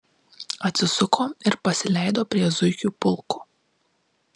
atsisuko ir pasileido prie zuikių pulko